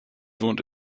wohnt